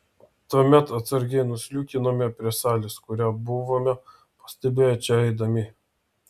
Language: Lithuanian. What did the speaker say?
tuomet atsargiai nusliūkinome prie salės kurią buvome pastebėję čia eidami